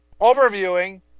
overviewing